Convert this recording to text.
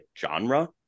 genre